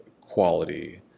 quality